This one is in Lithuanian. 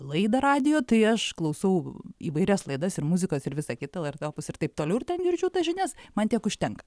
laidą radijo tai aš klausau įvairias laidas ir muzikos ir visa kita lrt opus ir taip toliau ir ten girdžiu tas žinias man tiek užtenka